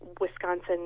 Wisconsin